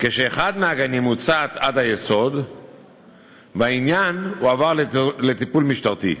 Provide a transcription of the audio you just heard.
אחד הגנים הוצת עד היסוד והעניין הועבר לטיפול משטרתי.